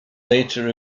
later